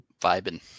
Vibing